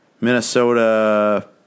Minnesota